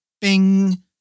bing